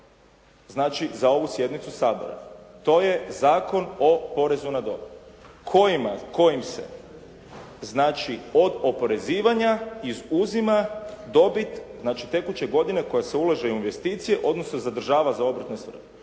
znači za ovu sjednicu Sabora. To je Zakon o porezu na dobit kojim se znači od oporezivanja izuzima dobit, znači tekuće godine koja se ulaže u investicije, odnosno zadržava za obrtne svrhe.